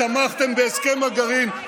תמכתם בהסכם הגרעין,